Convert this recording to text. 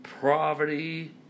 poverty